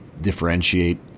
differentiate